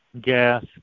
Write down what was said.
gas